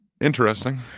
interesting